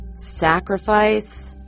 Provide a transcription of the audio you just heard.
Sacrifice